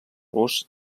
rus